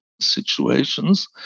situations